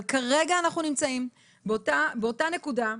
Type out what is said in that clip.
אבל כרגע אנחנו נמצאים באותה נקודה.